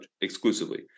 exclusively